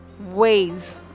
ways